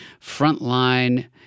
frontline